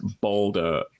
Boulder